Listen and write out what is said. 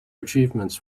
achievements